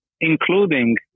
including